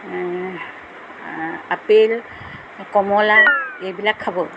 apple কমলা এইবিলাক খাব